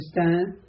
understand